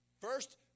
First